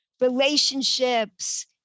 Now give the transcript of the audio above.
relationships